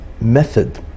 method